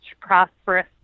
prosperous